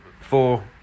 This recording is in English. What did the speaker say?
four